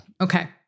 Okay